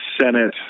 Senate